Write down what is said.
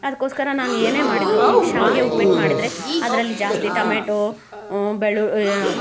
ಅದಕ್ಕೋಸ್ಕರ ನಾನು ಏನೇ ಮಾಡಿದರೂ ಈಗ ಶಾವಿಗೆ ಉಪ್ಪಿಟ್ಟು ಮಾಡಿದರೆ ಅದರಲ್ಲಿ ಜಾಸ್ತಿ ಟಮೇಟೋ ಬೆಳ್ಳುಳ್ಳಿ